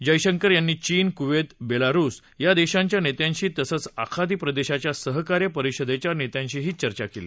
जयशंकर यांनी चीन कुवेत आणि बेलारुस या देशांच्या नेत्यांशी तसंच आखाती प्रदेशाच्या सहकार्य परिषदेच्या नेत्यांशीही चर्चा केली